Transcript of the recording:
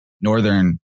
northern